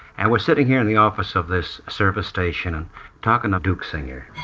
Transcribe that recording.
and we're sitting here in the office of this service station talking to duke singer.